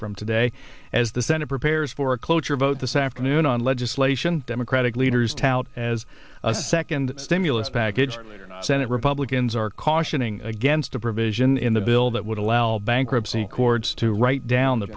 from today as the senate prepares for a cloture vote this afternoon on legislation democratic leaders tout as a second stimulus package senate republicans are cautioning against a provision in the bill that would allow bankruptcy courts to write down the